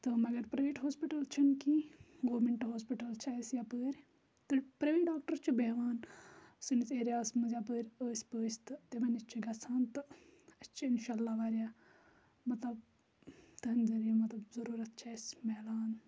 تہٕ مَگَر private hospital چھِنہِ کیٚنٛہہ گورمیٚنٹ ہاسپِٹَل چھ اَسہِ یَپٲر تہٕ پِرَیویٹ ڈاکٹَر چھ بیٚہوان سٲنِس اِیرِیا ہَس منٛز یَپٲر ٲسۍ پٲس تہٕ تِمَن چھ گَژھان تہٕ اسہِ چھِ اِنشاء اَللہ واریاہ مَطلَب تمہِ ذٔریعہٕ مَطلَب ضروٗرت چھ اَسہِ مِیلان